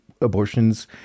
abortions